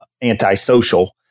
anti-social